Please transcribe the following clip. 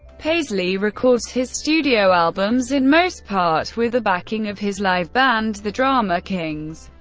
paisley records his studio albums, in most part, with the backing of his live band, the drama kings.